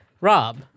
Rob